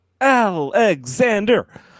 Alexander